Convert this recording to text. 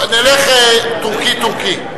נלך טורקי-טורקי.